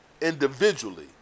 individually